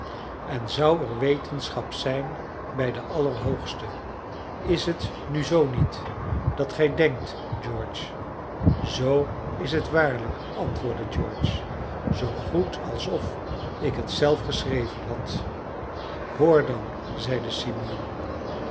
en zou er wetenschap zijn bij den allerhoogste is het nu zoo niet dat gij denkt george zoo is het waarlijk antwoordde george zoo goed alsof ik het zelf geschreven had hoor dan zeide simeon